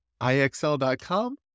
IXL.com